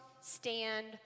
stand